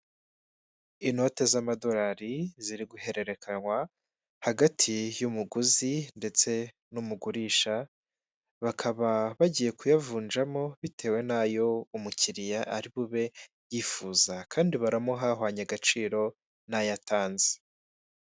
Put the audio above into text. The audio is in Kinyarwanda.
Inote z'amadorari, ziri guhererekanywa hagati y'umuguzi ndetse n'umugurisha, bakaba bagiye kuyavunjamo bitewe n'ayo umukiriya ari bube yifuza, kandi baramuha ahwanye agaciro n'ayo atanze.